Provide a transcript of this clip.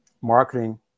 marketing